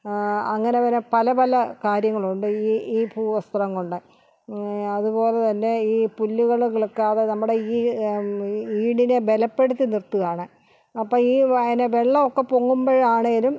അങ്ങനെ വരെ പലപല കാര്യങ്ങളുണ്ട് ഈ ഈ ഭൂ വസ്ത്രം കൊണ്ട് അതുപോലെ തന്നെ ഈ പുല്ലുകള് കിളുക്കാതെ നമ്മുടെ ഈ ഈ ഈടിനെ ബലപ്പെടുത്തി നിർത്തുകയാണ് അപ്പം ഈ അതിന് വെള്ളമൊക്കെ പൊങ്ങുബോഴാണെങ്കിലും